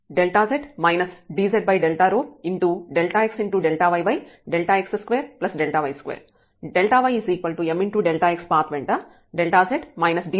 z dz ΔxΔyΔx2Δy2 ymΔx path వెంట z dz m1m2 అవుతుంది